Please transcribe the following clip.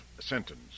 sentence